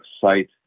site